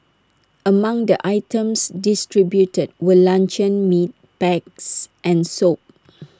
among the items distributed were luncheon meat packs and soap